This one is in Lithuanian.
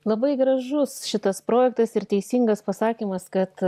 labai gražus šitas projektas ir teisingas pasakymas kad